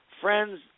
Friends